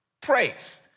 Praise